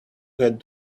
had